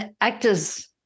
Actors